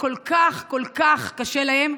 שכל כך כל כך קשה להם,